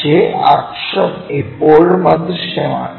പക്ഷേ അക്ഷം ഇപ്പോഴും അദൃശ്യമാണ്